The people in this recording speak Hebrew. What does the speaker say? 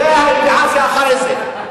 זו הידיעה שאחרי זה.